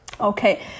Okay